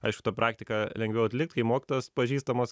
aišku tą praktiką lengviau atlikt kai mokytojos pažįstamos